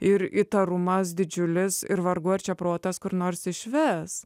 ir įtarumas didžiulis ir vargu ar čia protas kur nors išves